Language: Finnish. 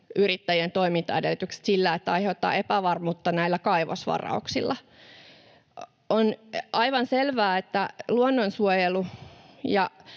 yrittäjien toimintaedellytykset sillä, että aiheuttaa epävarmuutta näillä kaivosvarauksilla. On aivan selvää, että luonnonsuojelu